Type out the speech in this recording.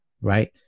right